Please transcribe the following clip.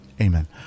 amen